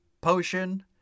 potion